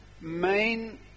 main